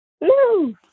No